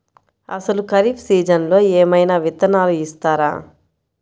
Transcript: అసలు ఖరీఫ్ సీజన్లో ఏమయినా విత్తనాలు ఇస్తారా?